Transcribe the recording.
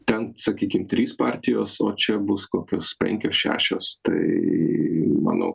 ten sakykim trys partijos o čia bus kokios penkios šešios tai manau